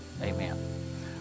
Amen